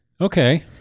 Okay